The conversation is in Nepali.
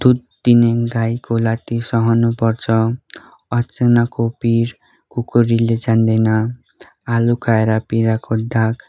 दुध दिने गाईको लात्ती सहनु पर्छ अचनाको पिर खुकुरीले जान्दैन आलु खाएर पेँडाको धाक